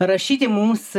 rašyti mums